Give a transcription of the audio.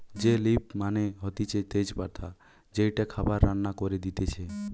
বে লিফ মানে হতিছে তেজ পাতা যেইটা খাবার রান্না করে দিতেছে